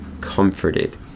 comforted